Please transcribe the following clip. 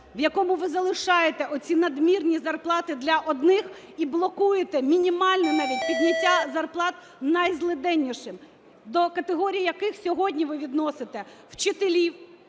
в якому ви залишаєте оці надмірні зарплати для одних і блокуєте мінімальне навіть підняття зарплат найзлиденнішим, до категорії яких сьогодні ви відносите вчителів,